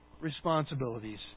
responsibilities